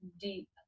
deep